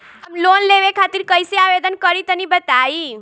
हम लोन लेवे खातिर कइसे आवेदन करी तनि बताईं?